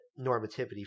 normativity